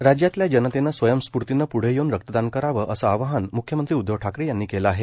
रक्तदान राज्यातल्या जनतेनं स्वयंस्फूर्तीनं पुढे येऊन रक्तदान करावं असं आवाहन मुख्यमंत्री उद्धव ठाकरे यांनी केलं आहे